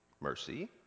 Mercy